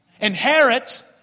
Inherit